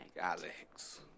Alex